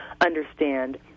understand